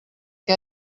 què